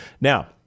Now